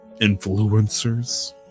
influencers